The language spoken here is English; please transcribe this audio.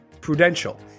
Prudential